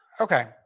Okay